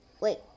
Wait